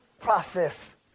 process